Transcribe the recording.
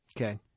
Okay